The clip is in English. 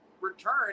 return